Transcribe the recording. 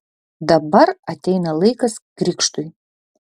dabar ateina laikas krikštui